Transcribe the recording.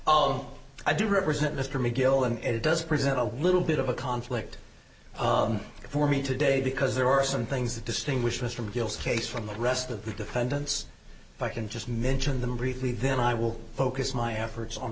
alone i do represent mr mcgill and it does present a little bit of a conflict for me today because there are some things that distinguish this from deals case from the rest of the defendants i can just mention them briefly then i will focus my efforts on